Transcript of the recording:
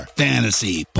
fantasy